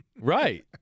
Right